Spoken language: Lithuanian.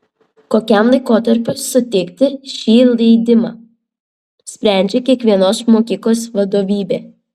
kokiam laikotarpiui suteikti šį leidimą sprendžia kiekvienos mokyklos vadovybė